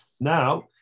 Now